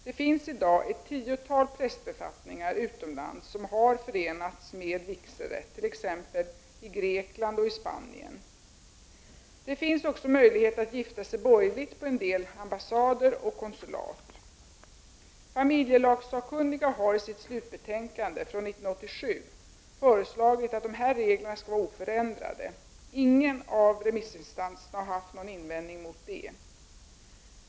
Det finns i dag ett tiotal prästbefattningar utomlands som har förenats med vigselrätt, t.ex. i Grekland och i Spanien. Det finns också möjlighet att gifta sig borgerligt på en del ambassader och konsulat. Familjelagssakkunniga har i sitt slutbetänkande från 1987 föreslagit att de här reglerna skall vara oförändrade. Ingen av remissinstanserna har haft någon invändning mot det.